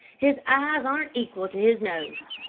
his eyes aren't equal to his nose.